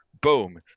boom